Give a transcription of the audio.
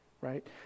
right